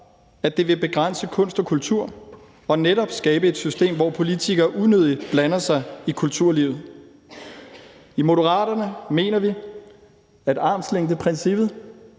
vil begrænse kunst og kultur og netop skabe et system, hvor politikere unødigt blander sig i kulturlivet. I Moderaterne mener vi, at armslængdeprincippet